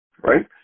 right